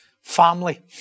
family